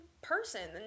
person